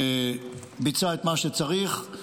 ביצע את מה שצריך,